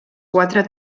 quatre